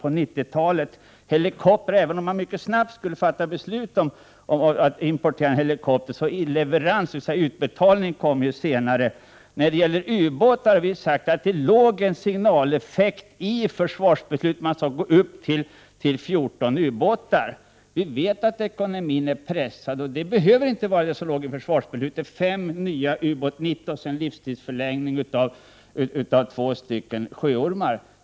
Det andra objektet är helikoptrar. Även om vi snabbt skulle fatta beslut om att importera en helikopter, så kommer leveransen, dvs. utbetalningen, senare. När det gäller ubåtar, det tredje objektet, har vi sagt att det låg en signaleffekt i försvarsbeslutet; man skall öka antalet ubåtar till 14. Vi vet att ekonomin är pressad, och det behöver inte bli vad som låg i försvarsbeslutet — fem nya Ubåt 90 och livstidsförlängning av två Sjöormar.